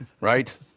Right